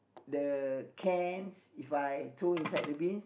the cans If I throw inside the bin